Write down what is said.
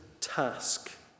task